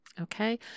okay